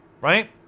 right